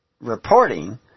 reporting